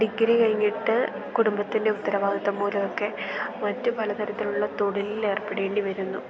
degree കഴിഞ്ഞിട്ട് കുടുംബത്തിൻ്റെ ഉത്തരവാദിത്തം മൂലമൊക്കെ മറ്റു പലതരത്തിലുള്ള തൊഴിലിൽ ഏർപ്പെടേണ്ടി വരുന്നു